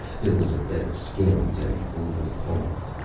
there was a bed of skins and woven cloths.